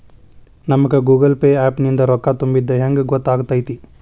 ನಮಗ Google Pay app ನಿಂದ ರೊಕ್ಕಾ ತುಂಬಿದ್ದ ಹೆಂಗ್ ಗೊತ್ತ್ ಆಗತೈತಿ?